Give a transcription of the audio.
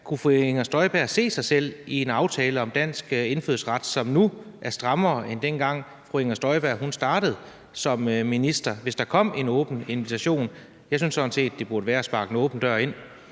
Kunne fru Inger Støjbergs se sig selv i en aftale om dansk indfødsret, som nu er strammere, end dengang fru Inger Støjberg startede som minister, hvis der kom en åben invitation? Jeg synes sådan set, det burde være at sparke en åben dør ind.